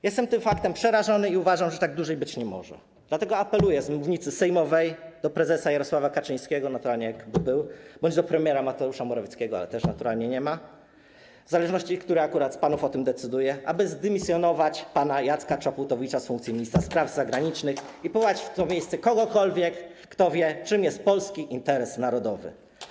Jestem tym faktem przerażony i uważam, że tak dłużej być nie może, dlatego apeluję z mównicy sejmowej do prezesa Jarosława Kaczyńskiego, naturalnie jakby był, bądź do premiera Mateusza Morawieckiego, ale którego też naturalnie nie ma, w zależności, który z panów o tym decyduje, aby zdymisjonować pana Jacka Czaputowicza z funkcji ministra spraw zagranicznych i powołać w to miejsce kogokolwiek, kto wie, czym jest polski interes narodowy.